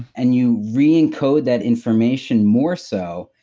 and you reencode that information more so,